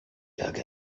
took